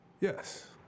Yes